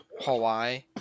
Hawaii